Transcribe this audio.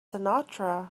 sinatra